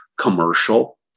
commercial